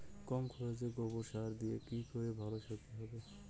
কম খরচে গোবর সার দিয়ে কি করে ভালো সবজি হবে?